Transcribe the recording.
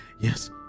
yes